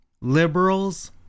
liberals